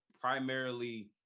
primarily